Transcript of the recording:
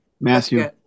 Matthew